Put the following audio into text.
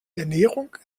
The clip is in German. ernährung